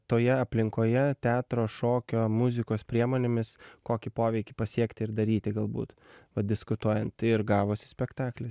toje aplinkoje teatro šokio muzikos priemonėmis kokį poveikį pasiekti ir daryti galbūt padiskutuojant tai ir gavosi spektaklis